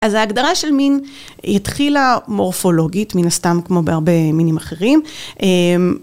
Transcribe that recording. אז ההגדרה של מין היא התחילה מורפולוגית, מן הסתם, כמו בהרבה מינים אחרים.